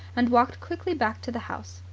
and walked quickly back to the house.